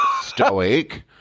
stoic